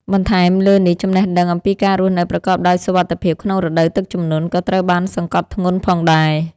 បន្ថែមលើនេះ ចំណេះដឹងអំពីការរស់នៅប្រកបដោយសុវត្ថិភាពក្នុងរដូវទឹកជំនន់ ក៏ត្រូវបានសង្កត់ធ្ងន់ផងដែរ។